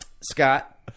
Scott